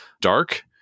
dark